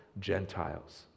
Gentiles